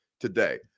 today